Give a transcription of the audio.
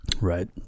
Right